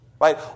Right